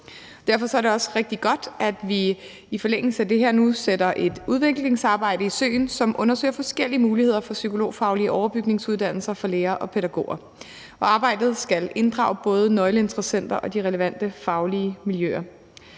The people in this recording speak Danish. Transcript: Derfor er det også rigtig godt, at vi i forlængelse af det her sætter et udviklingsarbejde i søen, som undersøger forskellige muligheder for en psykologfaglig overbygningsuddannelse for lærere og pædagoger, og arbejdet skal inddrage både nøgleinteressenter og de relevante faglige miljøer.